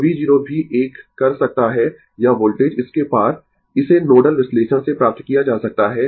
तो V 0 भी एक कर सकता है यह वोल्टेज इसके पार इसे नोडल विश्लेषण से प्राप्त किया जा सकता है